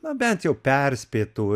na bent jau perspėtų